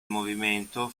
movimento